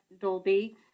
Dolby